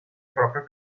proprio